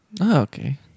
okay